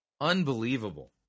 Unbelievable